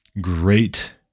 great